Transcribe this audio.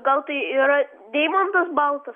gal tai yra deimantas baltas